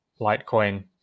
Litecoin